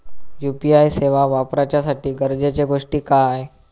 UPI सेवा वापराच्यासाठी गरजेचे गोष्टी काय?